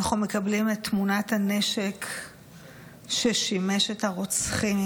אנחנו מקבלים את תמונת הנשק ששימש את הרוצחים,